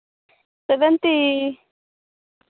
ᱛᱤ